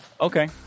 Okay